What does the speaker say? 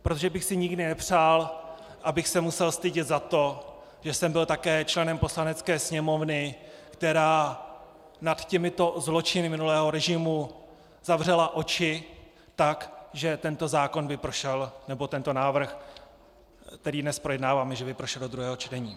Protože bych si nikdy nepřál, abych se musel stydět za to, že jsem byl také členem Poslanecké sněmovny, která nad těmito zločiny minulého režimu zavřela oči tak, že tento návrh, který dnes projednáváme, by prošel do druhého čtení.